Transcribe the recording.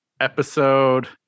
episode